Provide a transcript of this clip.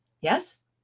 yes